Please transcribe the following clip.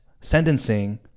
sentencing